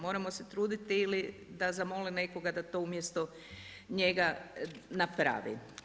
Moramo se truditi ili da zamoli nekoga da to umjesto njega napravi.